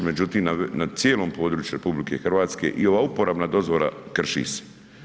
Međutim, nad cijelim području RH i ova uporabna dozvola, krši se.